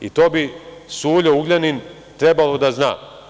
I to bi Suljo Ugljanin trebalo da zna.